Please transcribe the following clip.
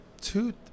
two